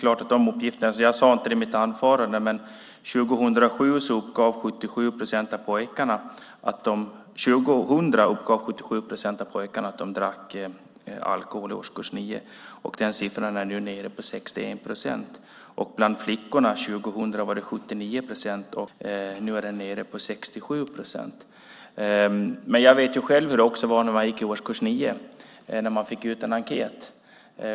Jag sade inte det i mitt anförande, men år 2000 uppgav 77 procent av pojkarna i årskurs 9 att de drack alkohol. Den siffran är nu nere på 61 procent. Bland flickorna var det 79 procent som uppgav att de drack alkohol år 2000, och nu är den siffran nere på 67 procent. Men jag vet själv hur det var när man gick i årskurs 9 och fick ut en enkät.